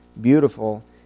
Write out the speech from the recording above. beautiful